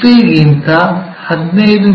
P ಗಿಂತ 15 ಮಿ